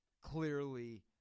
clearly